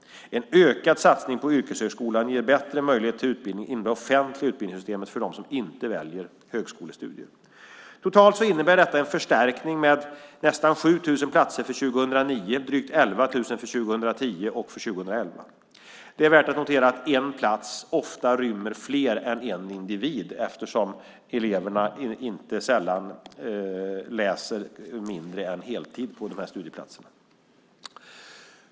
En ökad satsning på yrkeshögskolan ger bättre möjligheter till utbildning inom det offentliga utbildningssystemet för dem som inte väljer högskolestudier. Totalt innebär detta en förstärkning med nästan 7 000 platser för 2009, drygt 11 000 för 2010 och för 2011. Det är värt att notera att en plats ofta rymmer fler än en individ eftersom eleverna inte sällan läser mindre än heltid på de här studieplatserna.